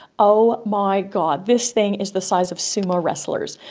oh my god, this thing is the size of sumo wrestlers,